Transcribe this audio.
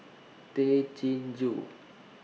Tay Chin Joo